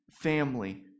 family